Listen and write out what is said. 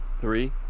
three